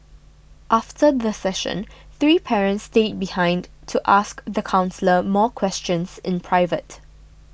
after the session three parents stayed behind to ask the counsellor more questions in private